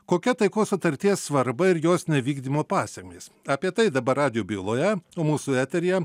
kokia taikos sutarties svarba ir jos nevykdymo pasekmės apie tai dabar radijo byloje o mūsų eteryje